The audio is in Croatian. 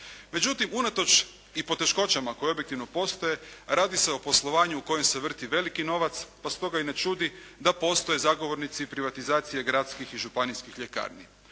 Međutim, unatoč i poteškoćama koje objektivno postoje radi se o poslovanju u kojem se vrti veliki novac, pa stoga i ne čudi da postoje zagovornici privatizacije gradskih i županijskih ljekarni.